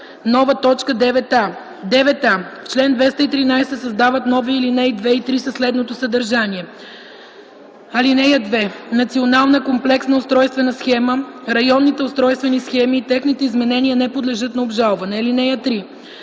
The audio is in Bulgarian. нова точка 9а: 9а. В чл. 213 се създават нови алинеи 2 и 3 със следното съдържание: „(2) Национална комплексна устройствена схема, районните устройствени схеми и техните изменения не подлежат на обжалване. (3)